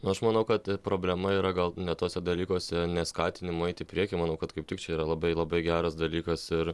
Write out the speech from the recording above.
aš manau kad problema yra gal ne tuose dalykuose neskatinimo eit į priekį manau kad kaip tik čia yra labai labai geras dalykas ir